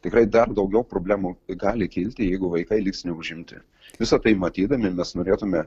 tikrai dar daugiau problemų gali kilti jeigu vaikai liks neužimti visa tai matydami mes norėtume